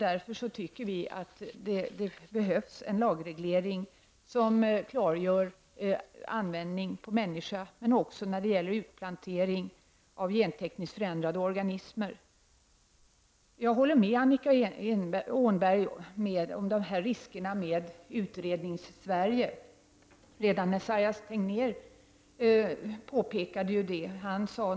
Vi tycker därför att det behövs en lagreglering som klargör användningen på människor, men också användningen när det gäller utplantering av gentekniskt förändrade organismer. Jag håller med Annika Åhnberg när det gäller riskerna med Utredningssverige. Esaias Tegnér påpekade det redan på sin tid.